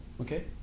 okay